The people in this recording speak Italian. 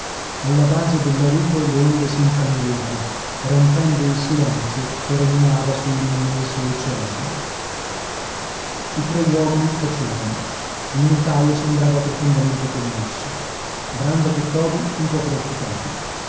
alla base della rupe le onde s'infrangevano rompendo il silenzio che regnava sull'immenso oceano i tre uomini tacevano il notaio sembrava profondamente commosso brandok e toby un po preoccupati